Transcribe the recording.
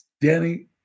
Danny